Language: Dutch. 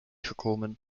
gekomen